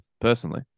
personally